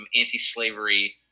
anti-slavery